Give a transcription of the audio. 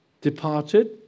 departed